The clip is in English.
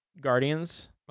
Guardians